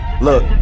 Look